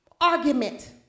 argument